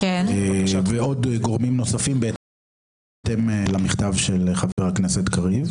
ועוד גורמים נוספים בהתאם למכתב של חבר הכנסת קריב.